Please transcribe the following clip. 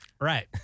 Right